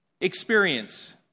experience